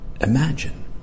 imagine